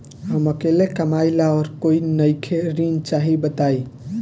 हम अकेले कमाई ला और कोई नइखे ऋण चाही बताई?